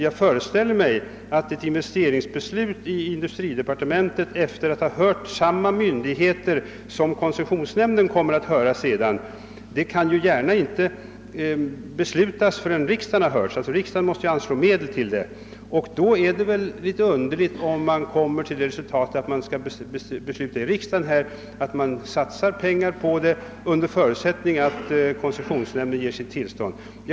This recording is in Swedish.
Jag föreställer mig att ett investeringsbeslut i industridepartementet, efter det att samma myndigheter hörts som koncessionsnämnden sedan kommer att höra, inte gärna kan bli slutgiltigt förrän riksdagen har yttrat sig. Riksdagen måste ju anslå medel till investeringen. Då är det väl litet underligt, om riksdagen skall besluta att satsa pengar under förutsättning att koncessionsnämnden ger sitt tillstånd till projektet.